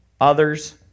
others